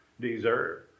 deserve